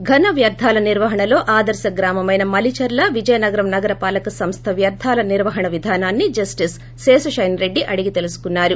ఘన వ్యర్ధాల నిర్వహణలో ఆదర్ప గ్రామమైన మలీచర్ల విజయనగరం నగరపాలక సంస్థ వ్యర్థాల నిర్వహణ విదానాన్ని జప్లిస్ శేషశయనరెడ్డి అడిగి తెలుసుకున్నారు